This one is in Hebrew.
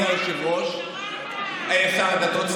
להגיד לך משהו, אדוני שר הדתות.